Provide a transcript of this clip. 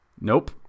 Nope